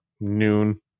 noon